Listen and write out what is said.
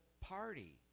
party